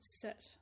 sit